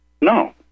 No